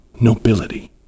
nobility